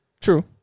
True